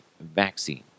Vaccine